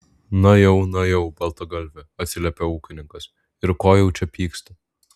na jau na jau baltagalvi atsiliepė ūkininkas ir ko jau čia pyksti